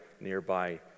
nearby